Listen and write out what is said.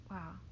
Wow